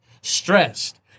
stressed